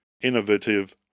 innovative